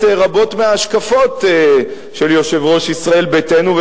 רבות מההשקפות עם יושב-ראש ישראל ביתנו.